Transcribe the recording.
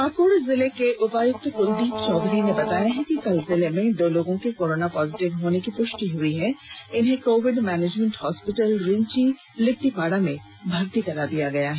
पाकुड़ जिले के उपायुक्त कुल्दीप चौधरी ने बताया कि कल जिले में दो लोगों के कोरोना पॉजिटिव होने की पुष्टि हुई है इन्हें covid management hospital Rinchi Littipara में भर्ती कराया गया है